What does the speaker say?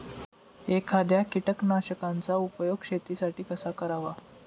एखाद्या कीटकनाशकांचा उपयोग शेतीसाठी कसा करावा?